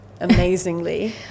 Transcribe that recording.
amazingly